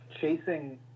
chasing